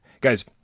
Guys